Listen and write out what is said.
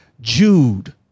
Jude